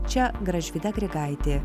čia gražvyda grigaitė